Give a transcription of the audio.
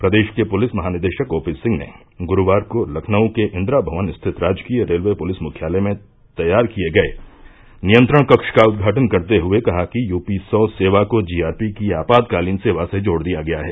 प्रदेश के पुलिस महानिदेशक ओपी सिंह ने गुरूवार को लखनऊ के इंदिरा भवन स्थित राजकीय रेलवे पुलिस मुख्यालय में तैयार किये गये नियंत्रण कक्ष का उद्घाटन करते हुये कहा कि यूपी सौ सेवा को जीआरपी की आपातकालीन सेवा से जोड़ दिया गया है